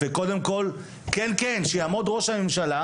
עד שיעמוד ראש הממשלה